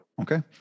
Okay